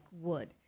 wood